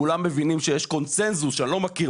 כולם מבינים שיש קונצנזוס שאני לא מכיר,